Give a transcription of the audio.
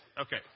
Okay